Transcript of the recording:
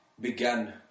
began